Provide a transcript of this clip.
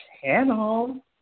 channel